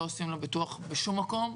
לא עושים לו ביטוח בשום מקום,